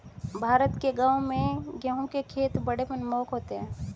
भारत के गांवों में गेहूं के खेत बड़े मनमोहक होते हैं